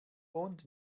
und